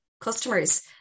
customers